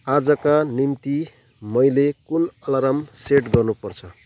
आजका निम्ति मैले कुन अलार्म सेट गर्नुपर्छ